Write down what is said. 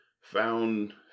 found